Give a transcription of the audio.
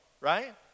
right